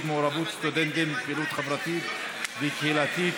מעורבות סטודנטים בפעילות חברתית וקהילתית,